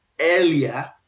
earlier